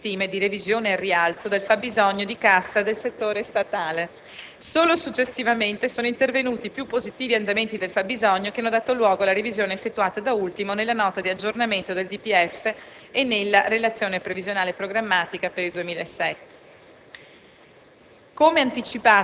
era correlato a precedenti stime di revisione al rialzo del fabbisogno di cassa del settore statale. Solo successivamente sono intervenuti più positivi andamenti del fabbisogno, che hanno dato luogo alla revisione effettuata da ultimo nella Nota di aggiornamento del DPEF 2007-2011 e nella Relazione previsionale e programmatica per il 2007.